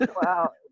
Wow